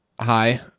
Hi